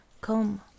come